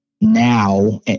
now